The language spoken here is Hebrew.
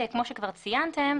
כמו שכבר ציינתם,